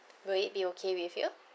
will it be okay with you